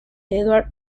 edward